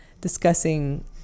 discussing